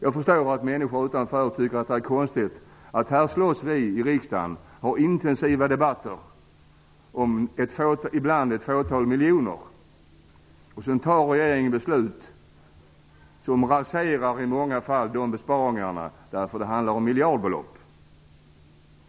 Jag förstår att människor tycker att det är konstigt att vi i riksdagen slåss och för intensiva debatter om ett fåtal miljoner ibland, och att regeringen sedan fattar beslut om miljardbelopp som i många fall raserar besparingarna.